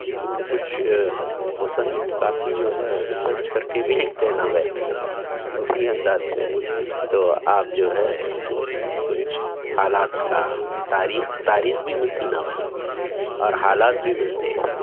کیونکہ کچھ مصنف کافی جو ہے ریسرچ کر کے بھی لکھتے ہیں ناول اسی انداز سے تو آپ جو ہے کچھ حالات کا تاریخ تاریخ بھی ملتی ناولوں میں اور حالات بھی ملتے